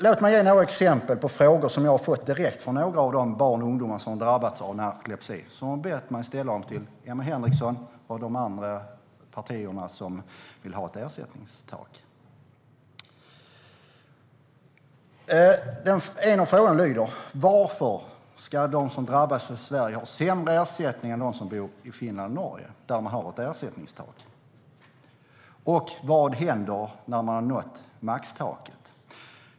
Låt mig ge några exempel på frågor som jag har fått direkt från några av de barn och ungdomar som har drabbats av narkolepsi. De har bett mig ställa dem till Emma Henriksson och övriga partier som vill ha ett ersättningstak. En av frågorna lyder: Varför ska de som drabbas i Sverige ha sämre ersättning än de som bor i Finland och Norge, där de inte har ett ersättningstak? Vad händer när man har nått maxtaket?